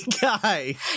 guy